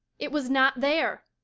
it was not there.